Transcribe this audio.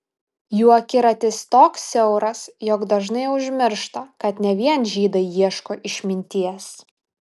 jų akiratis toks siauras jog dažnai užmiršta kad ne vien žydai ieško išminties